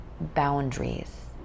boundaries